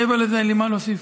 מעבר לזה, אין לי מה להוסיף.